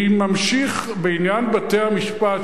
בעניין בתי-המשפט,